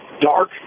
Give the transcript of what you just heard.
Dark